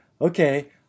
Okay